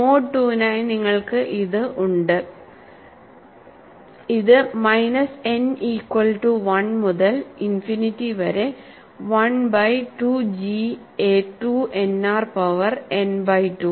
mode II നായി നിങ്ങൾക്ക് ഇത് ഉണ്ട് ഇത് മൈനസ് n ഈക്വൽ റ്റു 1 മുതൽ ഇൻഫിനിറ്റി വരെ 1 by 2 GA II nr power n by 2